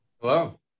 Hello